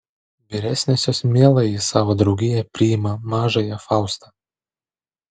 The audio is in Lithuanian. vyresniosios mielai į savo draugiją priima mažąją faustą